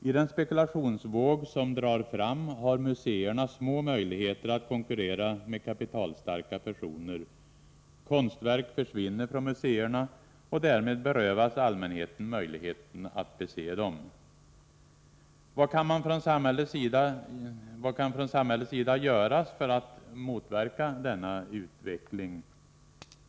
I den spekulationsvåg som drar fram har museerna små möjligheter att konkurrera med kapitalstarka personer. Konstverk försvinner från museerna, och därmed berövas allmänheten möjligheterna att bese dem. Vad kan från samhällets sida göras för att motverka denna utveckling?